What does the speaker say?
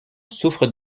souffre